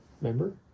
Remember